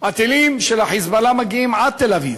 הטילים של ה"חיזבאללה" מגיעים עד תל-אביב.